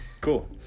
Cool